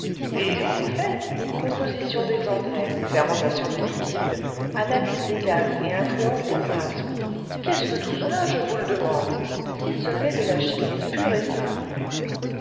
et en effet composition des engrais fermentation des liquides analyse des gaz et influence des miasmes qu'est-ce que tout cela je vous le demande si ce n'est de la chimie pure et simple